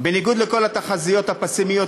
בניגוד לכל התחזיות הפסימיות,